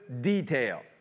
detail